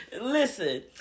listen